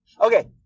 Okay